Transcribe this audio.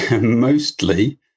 mostly